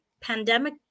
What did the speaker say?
pandemic